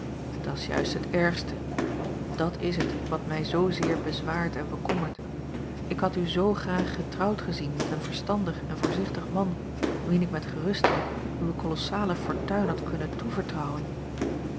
hoofdschudden dat's juist het ergste dat is het wat mij zoozeer bezwaart en bekommert ik had u zoo graag getrouwd gezien met een verstandig en voorzichtig man wien ik met gerustheid uwe kolossale fortuin had kunnen toevertrouwen